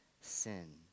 sin